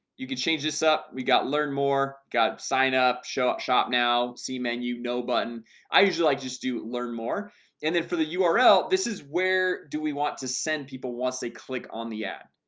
you can change this up we got learn more got sign up shop shop now see men, you know button i usually like just do learn more and then for the ah url this is where do we want to send people once they click on the app?